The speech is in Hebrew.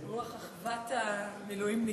רוח אחוות המילואימניקים.